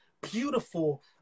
beautiful